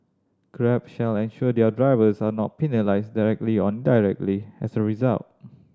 Grab shall ensure their drivers are not penalised directly or indirectly as a result